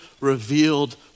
revealed